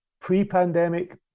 pre-pandemic